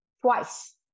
twice